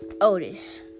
Otis